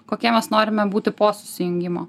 kokie mes norime būti po susijungimo